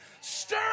Stir